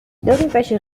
irgendwelche